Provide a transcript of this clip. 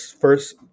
first